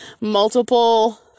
multiple